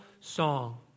song